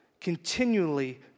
continually